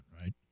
right